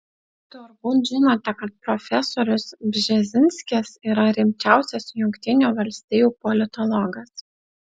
turbūt žinote kad profesorius bžezinskis yra rimčiausias jungtinių valstijų politologas